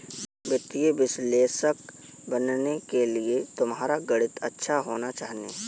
वित्तीय विश्लेषक बनने के लिए तुम्हारा गणित अच्छा होना चाहिए